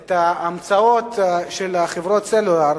את ההמצאות של חברות הסלולר,